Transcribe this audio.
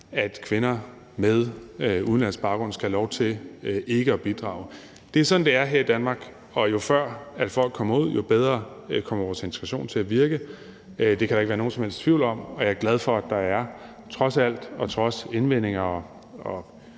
at kvinder med udenlandsk baggrund skal have lov til ikke at bidrage. Det er sådan, det er her i Danmark, og jo før folk kommer ud, jo bedre kommer vores integration til at virke. Det kan der ikke være nogen som helst tvivl om. Og jeg er glad for, at der trods indvendinger og